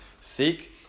Seek